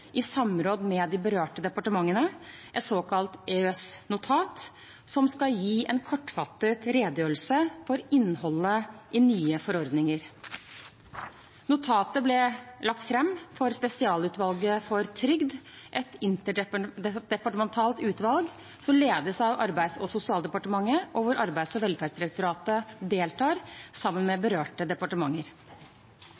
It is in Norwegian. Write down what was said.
i samråd med berørte departementer – et såkalt EØS-notat, som skal gi en kortfattet redegjørelse for innholdet i nye forordninger. Notatet ble lagt fram for spesialutvalget for trygd – et interdepartementalt utvalg som ledes av Arbeids- og sosialdepartementet, og hvor Arbeids- og velferdsdirektoratet deltar sammen med